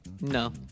No